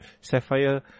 Sapphire